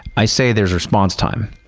i say there's response time.